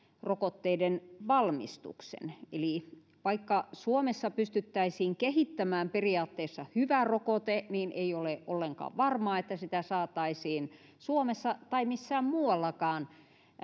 rokotteiden valmistuksen eli vaikka suomessa pystyttäisiin kehittämään periaatteessa hyvä rokote niin ei ole ollenkaan varmaa että sitä saataisiin suomessa tai missään muuallakaan